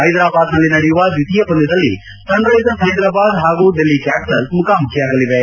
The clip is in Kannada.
ಹೈದರಾಬಾದ್ನಲ್ಲಿ ನಡೆಯುವ ದ್ವಿತೀಯ ಪಂದ್ಯದಲ್ಲಿ ಸನ್ ರೈಸರ್ಸ್ ಹೈದರಾಬಾದ್ ಹಾಗೂ ಡೆಲ್ಲಿ ಕ್ಲಾಪಿಟಲ್ಸ್ ಮುಖಾಮುಖಿಯಾಗಲಿವೆ